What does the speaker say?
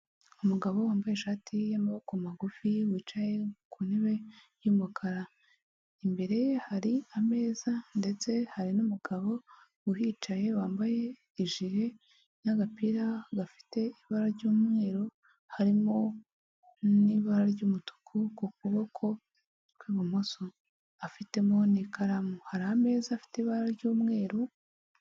Umugabo wambaye ishati y'amaboko magufi wicaye ku ntebe y'umukara imbere ye hari ameza ndetse hari n'umugabo uhicaye wambaye ijire n'agapira gafite ibara ry'umweru harimo n'ibara ry'umutuku ku kuboko kw'ibumoso afitemo n'ikaramu hari ameza afite ibara ry'umweru.